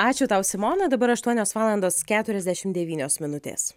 ačiū tau simona dabar aštuonios valandos keturiasdešimt devynios minutės